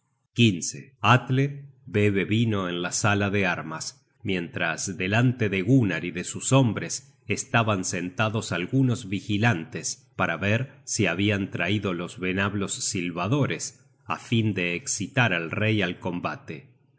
venablos atle bebe vino en la sala de armas mientras delante de gunnar y de sus hombres estaban sentados algunos vigilantes para ver si habian traido los venablos silbadores á fin de escitar el rey al combale